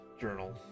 journal